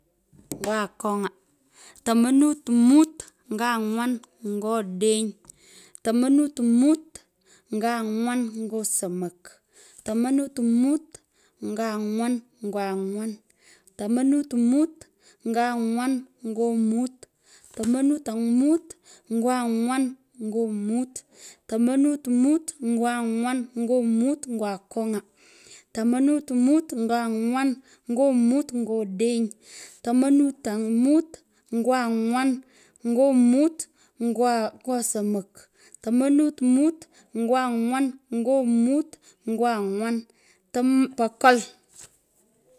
Ngo akonga, tomanut mut nyo anywanyo odeny, tamanut mut ngo anywan ngo somok, tomanut mut nyo angwan nyo anywan, tomanut mut nyo anywan nyo mut, tomanut mut nyo angwan, nyo mut nyo akong'a, tomanut mot nyo anwan nyo mut ngo akong’a, tomanut mut nyo angwan nyo mut nyo somok, tomanut mut nyo angwa nyo mut nyo angwan pokol.